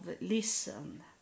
listen